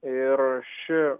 ir ši